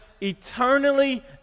eternally